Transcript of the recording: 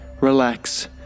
relax